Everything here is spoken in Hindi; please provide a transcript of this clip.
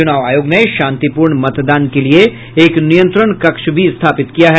चुनाव आयोग ने शांतिप्रर्ण मतदान के लिए एक नियंत्रण कक्ष भी स्थापित किया है